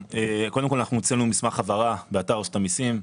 הוצאנו מסמך הבהרה באתר רשות המסים,